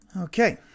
Okay